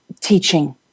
teaching